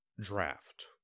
draft